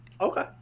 Okay